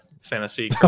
fantasy